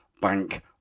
bank